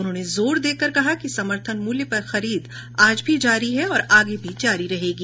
उन्होंने जोर देकर कहा कि समर्थन मूल्य पर खरीद आज भी जारी है और आगे भी जारी रहेगी